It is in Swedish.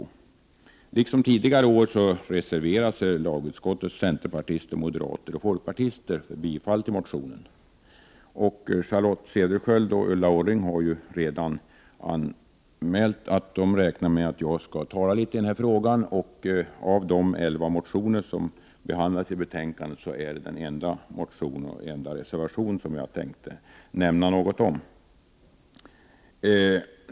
Liksom tidigare år reserverar sig lagutskottets centerpartister, moderater och folkpartister för bifall till motionen. Charlotte Cederschiöld och Ulla Orring har redan anmält att de räknar med att jag skall tala litet i den här frågan. Av de elva motioner som behandlas i betänkandet är detta den enda motion och den enda reservation som jag tänkte nämna något om.